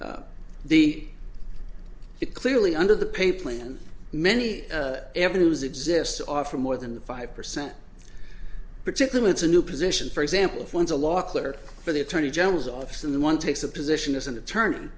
it clearly under the pay plan many avenues exist offer more than the five percent particularly it's a new position for example if one is a law clerk for the attorney general's office and the one takes a position as an attorney